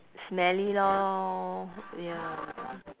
smelly lor ya